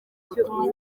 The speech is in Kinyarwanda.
ubutumwa